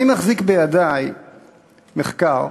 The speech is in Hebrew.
אני מחזיק בידי מחקר